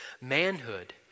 manhood